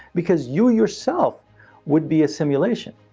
because you yourself would be a simulation.